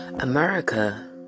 America